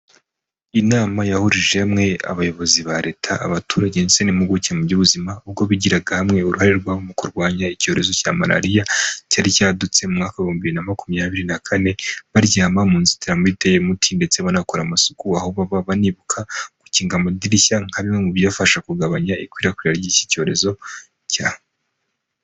Inama yahurije hamwe abayobozi ba leta abaturage ndetse n'impuguke mu by'ubuzima, ubwo bigiraga hamwe uruhare rwa mu kurwanya icyorezo cya Malariya cyari cyadutse mu mwaka ibihumbi bibiri na makumyabiri na kane baryama mu nzitiramibu iteye umuti ndetse banakora amasuku aho baba banibuka gukinga amadirishya nka bimwe mu byafasha kugabanya ikwirakwira ry'iki cyorezo cya…..